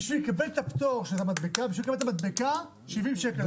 בשביל לקבל את המדבקה 70 שקל.